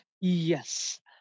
Yes